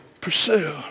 pursue